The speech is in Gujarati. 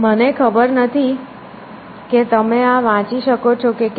મને ખબર નથી કે તમે આ વાંચી શકો છો કે કેમ